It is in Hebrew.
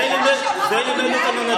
אתם לא יכולים למחזר את עצמכם לדעת,